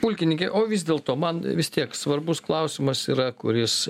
pulkininke o vis dėlto man vis tiek svarbus klausimas yra kuris